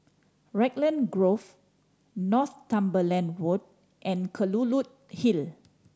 Raglan Grove Northumberland Road and Kelulut Hill